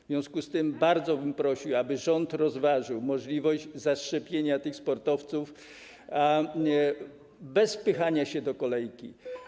W związku z tym bardzo bym prosił, aby rząd rozważył możliwość zaszczepienia tych sportowców bez wpychania się do kolejki.